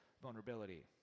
vulnerability